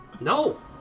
No